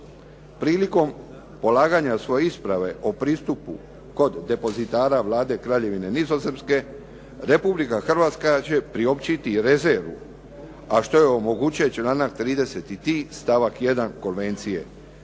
prilikom polaganja svoje isprave o pristupu kod depozitara Vlade Kraljevine Nizozemske Republika Hrvatska će priopćiti rezervu a što joj omogućuje članak 33. stavak 1. konvencije